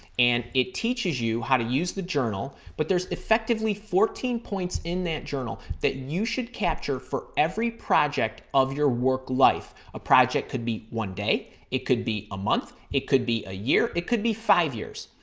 and it teaches you how to use the journal. but there's effectively fourteen points in that journal that you should capture for every project of your work life. a project could be one day. it could be a month. it could be a year. it could be five years.